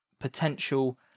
potential